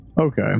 Okay